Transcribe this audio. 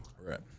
Right